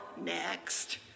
next